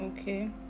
Okay